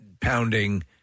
pounding